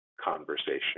conversation